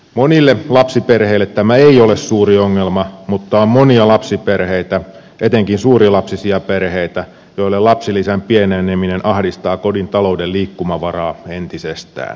monille lapsiperheille tämä ei ole suuri ongelma mutta on monia lapsiperheitä etenkin monilapsisia perheitä joilla lapsilisän pieneneminen ahdistaa kodin talouden liikkumavaraa entisestään